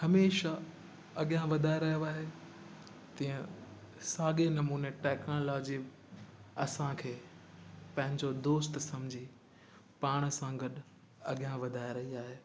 हमेशा अॻियां वधाए रहियो आहे तीअं साॻिए नमूने टेक्नोलॉजी असांखे पंहिंजो दोस्त सम्झी पाण सां गॾु अॻियां वधाए रही आहे